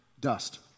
Dust